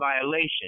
violation